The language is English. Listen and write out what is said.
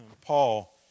Paul